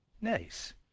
Nice